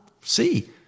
see